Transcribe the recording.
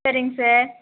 சரிங்க சார்